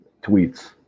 tweets